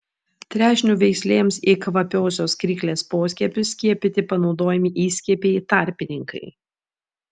trešnių veislėms į kvapiosios kryklės poskiepius skiepyti panaudojami įskiepiai tarpininkai